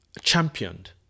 championed